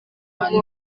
ahantu